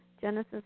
Genesis